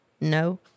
No